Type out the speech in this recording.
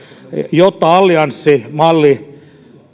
allianssimalli